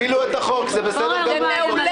תפילו את החוק, זה בסדר גמור.